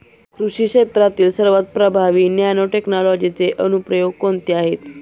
कृषी क्षेत्रातील सर्वात प्रभावी नॅनोटेक्नॉलॉजीचे अनुप्रयोग कोणते आहेत?